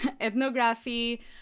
ethnography